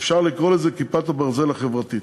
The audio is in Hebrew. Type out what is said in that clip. אפשר לקרוא לזה "כיפת הברזל החברתית".